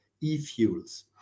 e-fuels